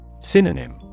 Synonym